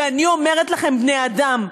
ואני אומרת לכם: בני-אדם,